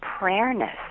prayerness